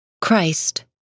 Christ